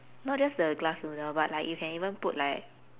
not just the glass noodle but like you can even put like